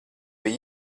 bija